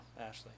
Ashley